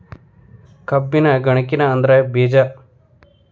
ಕಬ್ಬಿನ ಗನಕಿನ ಅದ್ರ ಬೇಜಾ